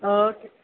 okay